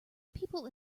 people